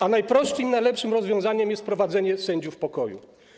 A najprostszym i najlepszym rozwiązaniem jest wprowadzenie sędziów pokoju.